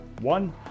one